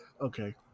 Okay